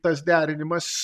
tas derinimas